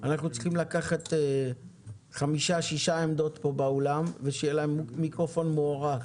אנחנו צריכים לקחת חמש שש עמדות כאן באולם ושיהיה לצדן מיקרופון מוארך,